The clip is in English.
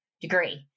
degree